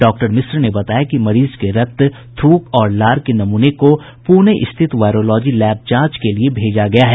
doctor Mishra ने बताया कि मरीज के रक्त थूक और लार के नमूने को पुणे स्थित वायरोलॉजी लैब जांच के लिए भेजा गया है